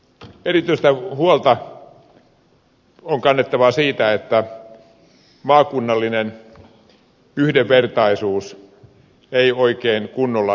erityistä huolta on kannettava siitä että maakunnallinen yhdenvertaisuus ei oikein kunnolla toteudu